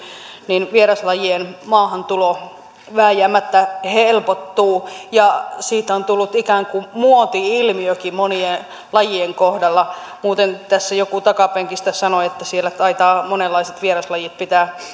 niin vieraslajien maahantulo vääjäämättä helpottuu ja siitä on tullut ikään kuin muoti ilmiökin monien lajien kohdalla muuten kun tässä joku takapenkistä sanoi että siellä taitavat monenlaiset vieraslajit pitää